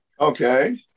Okay